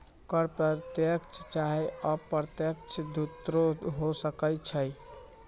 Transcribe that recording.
कर प्रत्यक्ष चाहे अप्रत्यक्ष दुन्नो हो सकइ छइ